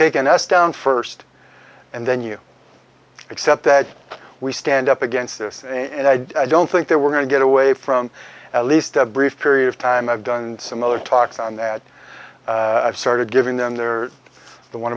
taking us down first and then you accept that we stand up against this and i don't think that we're going to get away from at least a brief period of time i've done some other talks on that started giving them their the one